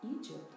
Egypt